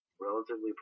relatively